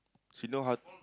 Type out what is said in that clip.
she know how